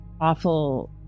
awful